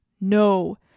No